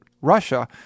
Russia